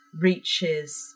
reaches